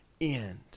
end